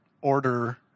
order